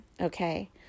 okay